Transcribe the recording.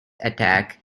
attack